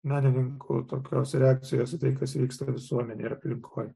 menininkų tokios reakcijos į tai kas vyksta visuomenėj ar plikoj